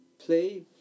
play